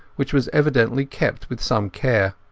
which was evidently kept with some care.